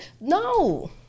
No